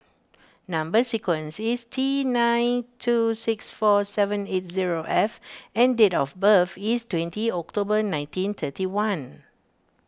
Number Sequence is T nine two six four seven eight zero F and date of birth is twenty October nineteen thirty one